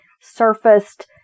surfaced